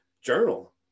journal